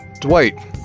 Dwight